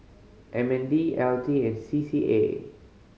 M N D L T and C C A